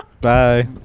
Bye